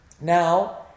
Now